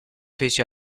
fece